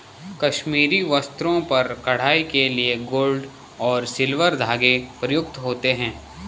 कश्मीरी वस्त्रों पर कढ़ाई के लिए गोल्ड और सिल्वर धागे प्रयुक्त होते हैं